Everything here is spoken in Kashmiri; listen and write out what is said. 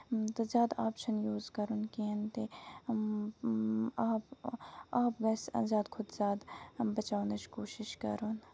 تہٕ زیادٕ آب چھُ نہٕ یوٗز کَرُن کِہینۍ تہِ آب آب گژھِ زیادٕ کھۄتہٕ زیادٕ بَچاونٕچ کوٗشِش کَرُن